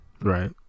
right